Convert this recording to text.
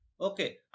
Okay